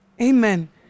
Amen